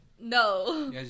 No